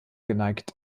geneigt